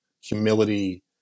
humility